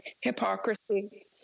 Hypocrisy